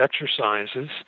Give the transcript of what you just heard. exercises